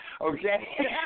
Okay